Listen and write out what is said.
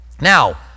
Now